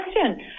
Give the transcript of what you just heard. question